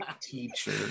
teacher